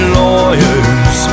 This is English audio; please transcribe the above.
lawyers